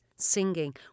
singing